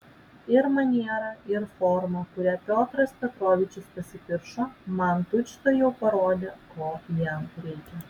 ir maniera ir forma kuria piotras petrovičius pasipiršo man tučtuojau parodė ko jam reikia